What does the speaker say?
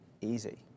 easy